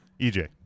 EJ